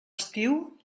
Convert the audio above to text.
estiu